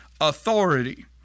authority